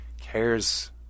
cares